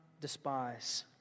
Despise